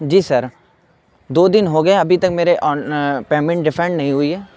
جی sir دو دن ہو گئے ہیں ابھی تک میرے پیمنٹ ریفنڈ نہیں ہوئی ہے